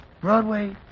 Broadway